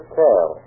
tell